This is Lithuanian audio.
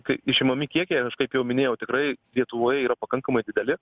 kai išimami kiekiai kaip jau minėjau tikrai lietuvoje yra pakankamai dideli